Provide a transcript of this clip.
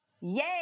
yay